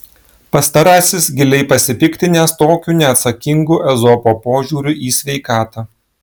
pastarasis giliai pasipiktinęs tokiu neatsakingu ezopo požiūriu į sveikatą